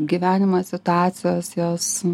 gyvenimas situacijos jos